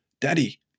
daddy